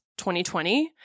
2020